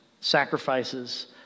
sacrifices